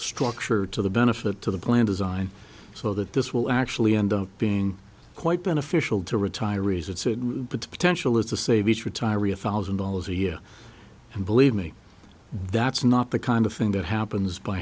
structure to the benefit to the plan design so that this will actually end up being quite beneficial to retirees its potential is to save each retiree a thousand dollars a year and believe me that's not the kind of thing that happens by